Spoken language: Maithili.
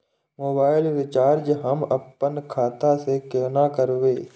मोबाइल रिचार्ज हम आपन खाता से कोना करबै?